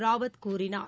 ராவத் கூறினார்